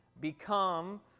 become